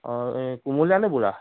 অ' এই কোমলীয়া নে বুঢ়া